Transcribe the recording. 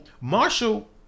Marshall